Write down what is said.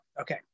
okay